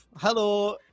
Hello